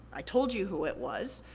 i told you who it was,